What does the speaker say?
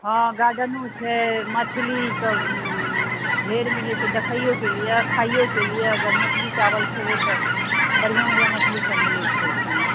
हँ गार्डेनो छै मछली सब ढ़ेर मिलै छै देखइयोके लिए खाइयोके लिए अगर मछली चावल खेबै तऽ बढ़िऑं बढ़िऑं मछली सब मिलै छै एहिठाम